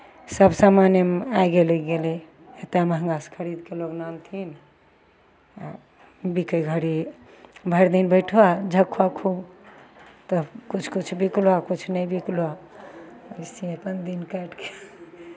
सभ सामानेमे आगिए लागि गेलै एतेक महंगासँ खरीद कऽ लोक नानथिन आ बिकय घड़ी भरि दिन बैठहो आ झखहौ खूब तब किछु किछु बिकलौ आ किछु नहि बिकलौ अइसे अपन दिन काटि कऽ